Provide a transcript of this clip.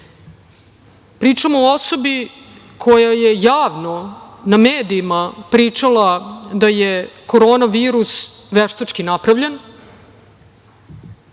Pričamo o osobi koja je javno na medijima pričala da je korona virus veštački napravljen,